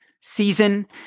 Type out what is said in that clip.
season